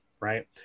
Right